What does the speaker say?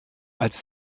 als